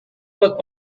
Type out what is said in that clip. what